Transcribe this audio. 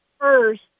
first